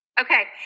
Okay